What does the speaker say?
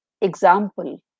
example